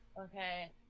Okay